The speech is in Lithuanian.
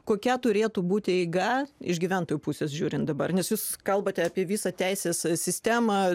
kokia turėtų būti eiga iš gyventojų pusės žiūrint dabar nes jūs kalbate apie visą teisės sistemą